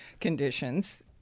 conditions